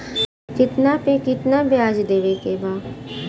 कितना पे कितना व्याज देवे के बा?